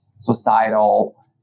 societal